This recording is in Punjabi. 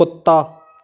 ਕੁੱਤਾ